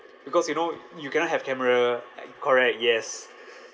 because you know you cannot have camera like correct yes